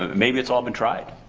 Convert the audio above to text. maybe it's all been tried.